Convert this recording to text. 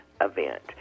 event